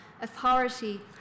authority